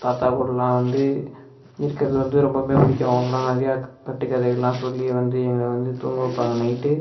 தாத்தா கூடல்லாம் வந்து இருக்கிறது வந்து ரொம்பவுமே பிடிக்கும் அவங்கல்லாம் நிறையா கட்டுக்கதையல்லாம் சொல்லி வந்து என்னை வந்து தூங்க வைப்பாங்க நைட்